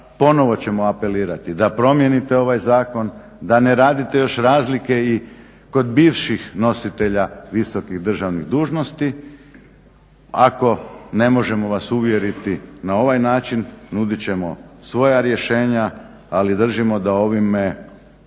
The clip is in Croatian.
ponovno ćemo apelirati da promijenite ovaj zakon, da ne radite još razlike i kod bivših nositelja visokih državnih dužnosti. Ako ne možemo vas uvjeriti na ovaj način nudit ćemo svoja rješenja ali držimo da ovime